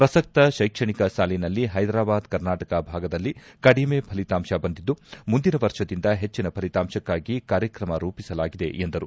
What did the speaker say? ಪ್ರಸಕ್ತ ಶೈಕ್ಷಣಿಕ ಸಾಲಿನಲ್ಲಿ ಹೈದಾರಾಬಾದ್ ಕರ್ನಾಟಕ ಭಾಗದಲ್ಲಿ ಕಡಿಮೆ ಫಲಿತಾಂಶ ಬಂದಿದ್ದು ಮುಂದಿನ ವರ್ಷದಿಂದ ಪೆಜ್ಜಿನ ಫಲಿತಾಂಶಕ್ಕಾಗಿ ಕಾರ್ಯಕ್ರಮ ರೂಪಿಸಲಾಗಿದೆ ಎಂದರು